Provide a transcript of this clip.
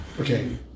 Okay